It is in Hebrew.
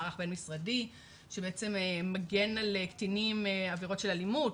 מערך בין משרדי שמגן על קטינים מעבירות של אלימות,